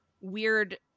weird